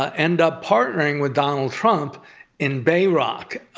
ah end up partnering with donald trump in bayrock,